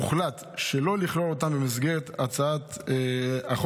הוחלט שלא לכלול אותם במסגרת הצעת החוק.